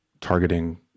targeting